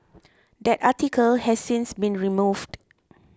that article has since been removed